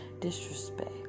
disrespect